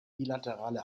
bilaterale